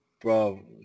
Bro